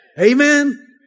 Amen